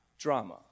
drama